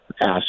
ask